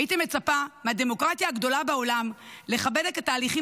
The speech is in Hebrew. הייתי מצפה מהדמוקרטיה הגדולה בעולם לכבד את התהליכים